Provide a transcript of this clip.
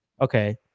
Okay